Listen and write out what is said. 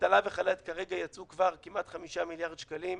אבטלה וחל"ת כרגע יצאו כבר כמעט 5 מיליארד שקלים.